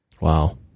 Wow